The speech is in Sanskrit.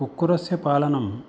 कुक्कुरस्य पालनम्